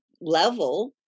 level